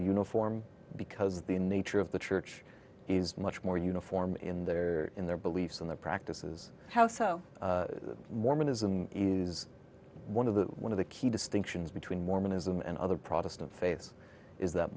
uniform because the nature of the church is much more uniform in their in their beliefs and their practices how so mormonism is one of the one of the key distinctions between mormonism and other protestant faiths is that